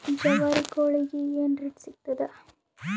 ಜವಾರಿ ಕೋಳಿಗಿ ಏನ್ ರೇಟ್ ಸಿಗ್ತದ?